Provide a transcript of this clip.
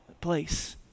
place